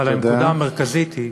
אבל הנקודה המרכזית היא